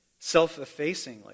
self-effacingly